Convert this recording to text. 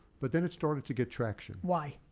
but then it started to get traction. why?